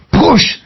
push